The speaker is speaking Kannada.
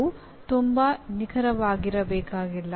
ಇದು ತುಂಬಾ ನಿಖರವಾಗಿರಬೇಕಾಗಿಲ್ಲ